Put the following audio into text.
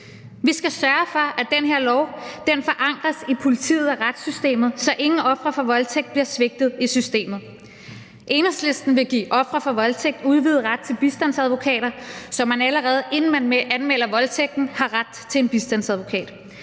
Vi skal sørge for, at den her lov forankres i politiet og retssystemet, så ingen ofre for voldtægt bliver svigtet i systemet. Enhedslisten vil give ofre for voldtægt udvidet ret til bistandsadvokater, så man allerede, inden man anmelder voldtægten, har ret til en bistandsadvokat.